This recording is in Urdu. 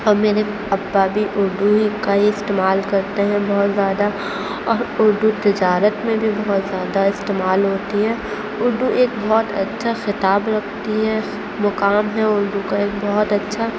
اور میرے ابا بھی اردو ہی کا ہی استعمال کرتے ہیں بہت زیادہ اور اردو تجارت میں بھی بہت زیادہ استعمال ہوتی ہے اردو ایک بہت اچھا خطاب رکھتی ہے مقام ہیں اردو کا ایک بہت اچھا